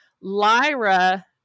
Lyra